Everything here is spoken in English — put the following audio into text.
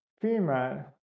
female